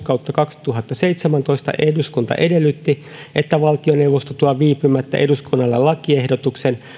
kautta kaksituhattaseitsemäntoista eduskunta edellytti että valtioneuvosto tuo viipymättä eduskunnalle lakiehdotuksen